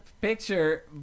picture